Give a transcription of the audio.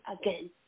again